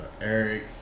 Eric